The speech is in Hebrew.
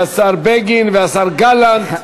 והשר בגין והשר גלנט.